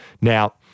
Now